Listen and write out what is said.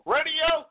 Radio